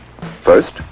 First